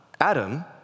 Adam